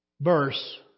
verse